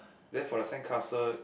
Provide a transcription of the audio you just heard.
then for the sand castle